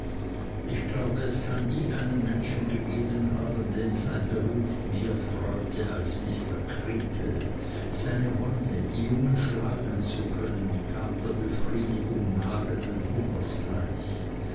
ich glaube es kann nie einen menschen gegeben haben den sein beruf mehr freute als mr creakle seine wonne die jungen schlagen zu können kam der befriedigung nagenden hungers gleich